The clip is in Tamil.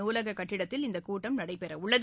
நூலக கட்டிடத்தில் இந்தக்கூட்டம் நடைபெறவுள்ளது